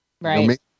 Right